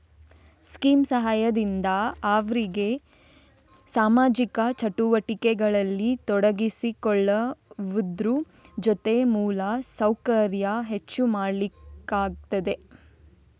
scheme ಸಹಾಯದಿಂದ ಅವ್ರಿಗೆ ಸಾಮಾಜಿಕ ಚಟುವಟಿಕೆಗಳಲ್ಲಿ ತೊಡಗಿಸಿಕೊಳ್ಳುವುದ್ರ ಜೊತೆ ಮೂಲ ಸೌಕರ್ಯ ಹೆಚ್ಚು ಮಾಡ್ಲಿಕ್ಕಾಗ್ತದೆ